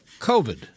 COVID